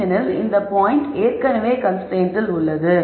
ஏனெனில் இந்த பாயிண்ட் ஏற்கனவே கன்ஸ்ரைன்ட்டில் உள்ளது